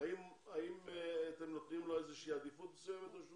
האם אתם נותנים לו עדיפות מסוימת או שהוא